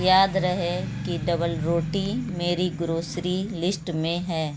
یاد رہے کہ ڈبل روٹی میری گروسری لشٹ میں ہے